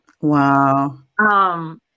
Wow